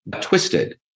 twisted